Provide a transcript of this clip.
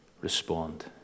Respond